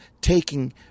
taking